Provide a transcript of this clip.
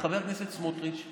חבר הכנסת סמוטריץ',